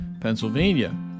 Pennsylvania